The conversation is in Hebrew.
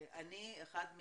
אני אחת,